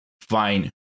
fine